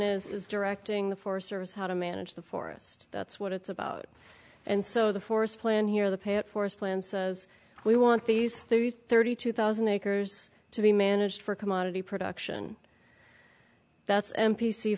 plan is directing the forest service how to manage the forest that's what it's about and so the forest plan here the pit forest plan says we want these thirty thirty two thousand acres to be managed for commodity production that's m p c